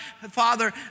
Father